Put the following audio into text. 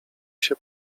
się